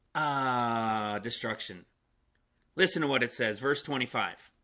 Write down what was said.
ah destruction listen to what it says verse twenty five